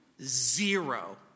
Zero